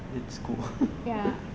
it's cool